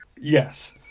Yes